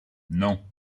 non